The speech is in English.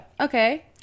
Okay